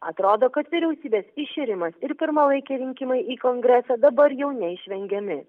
atrodo kad vyriausybės iširimas ir pirmalaikiai rinkimai į kongresą dabar jau neišvengiami